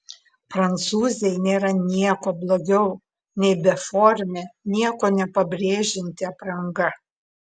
prancūzei nėra nieko blogiau nei beformė nieko nepabrėžianti apranga